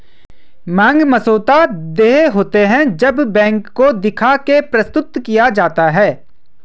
मांग मसौदा देय होते हैं जब बैंक को दिखा के प्रस्तुत किया जाता है